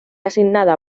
asignada